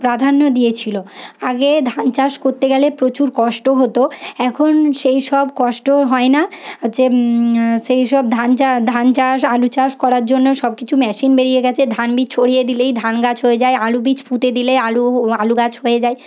প্রাধান্য দিয়েছিল আগে ধান চাষ করতে গেলে প্রচুর কষ্ট হতো এখন সেই সব কষ্ট হয় না যে সেইসব ধান চাষ ধান চাষ আলু চাষ করার জন্য সবকিছু মেশিন বেরিয়ে গেছে ধান বীজ ছড়িয়ে দিলেই ধান গাছ হয়ে যায় আলু বীজ পুঁতে দিলে আলু আলু গাছ হয়ে যায়